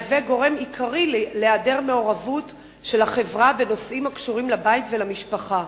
מהווה גורם עיקרי להעדר מעורבות של החברה בנושאים הקשורים לבית ולמשפחה.